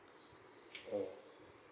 oh